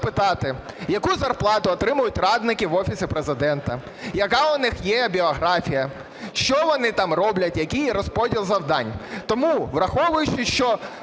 яку зарплату отримують радники в Офісі Президента, яка у них є біографія, що вони там роблять, який розподіл завдань. Тому враховуючи, що